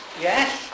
Yes